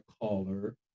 caller